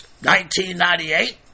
1998